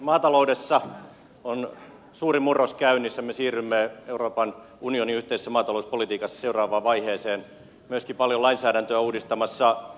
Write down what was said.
maataloudessa on suuri murros käynnissä me siirrymme euroopan unionin yhteisessä maatalouspolitiikassa seuraavaan vaiheeseen myöskin paljon lainsäädäntöä ollaan uudistamassa